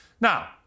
Now